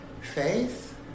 Faith